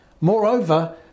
Moreover